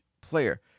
player